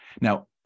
Now